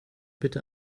bitte